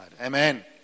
Amen